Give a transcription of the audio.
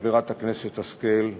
חברת הכנסת השכל,